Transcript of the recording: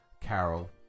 Carol